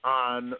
on